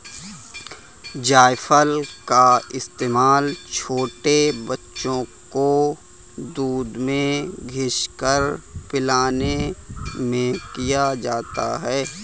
जायफल का इस्तेमाल छोटे बच्चों को दूध में घिस कर पिलाने में किया जाता है